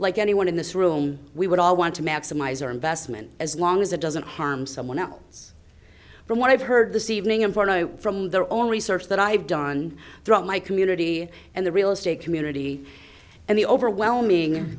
like anyone in this room we would all want to maximize our investment as long as it doesn't harm someone else from what i've heard this evening and for know from their own research that i've done throughout my community and the real estate community and the overwhelming